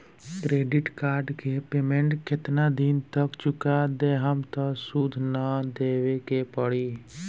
Credit card के payment केतना दिन तक चुका देहम त सूद ना देवे के पड़ी?